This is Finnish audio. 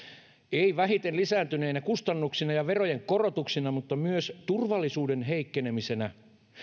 ei vähiten lisääntyneinä kustannuksina ja verojen korotuksina mutta myös turvallisuuden heikkenemisenä